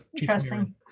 Interesting